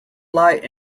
light